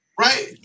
Right